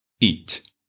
Eat